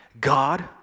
God